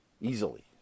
easily